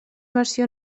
versió